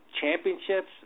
championships